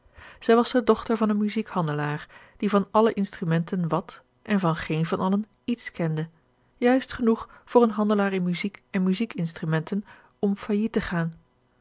zij was de dochter van een muziekhandelaar die van alle instrumenten wat en van geen van allen iets kende juist genoeg voor een handelaar in muziek en muziek-instrumenten om falliet te gaan